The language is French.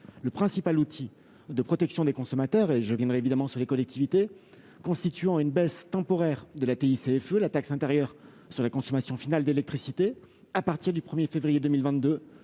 Le principal outil de protection des consommateurs- je reviendrai évidemment sur les collectivités -, c'est une baisse temporaire de la taxe intérieure sur la consommation finale d'électricité (TICFE) à partir du 1 février 2022,